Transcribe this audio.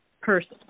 person